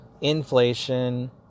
inflation